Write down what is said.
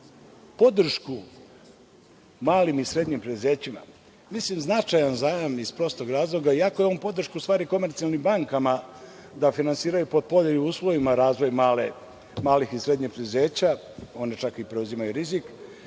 podršku malim i srednjim preduzećima, mislim značajan zajam iz prostog razloga, iako je on u stvari podrška komercijalnim bankama da finansiraju pod povoljnim uslovima razvoj malih i srednjih preduzeća, one čak i preuzimaju rizik,